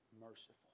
merciful